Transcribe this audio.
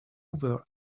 were